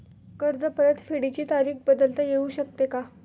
कर्ज परतफेडीची तारीख बदलता येऊ शकते का?